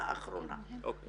אני